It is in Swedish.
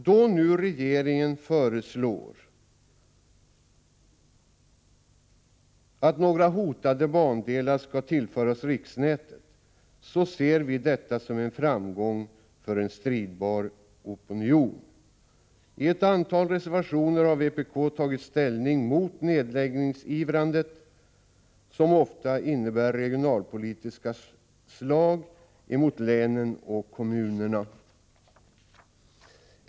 Då regeringen nu föreslår att några hotade bandelar skall tillföras riksnätet, ser vi detta som en framgång för en stridbar opinion. I ett antal reservationer har vpk tagit ställning mot nedläggningsivrandet, som ofta innebär regionalpolitiska slag mot länen och kommunerna.